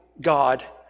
God